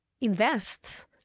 invest